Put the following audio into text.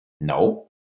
No